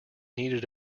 needed